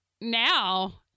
now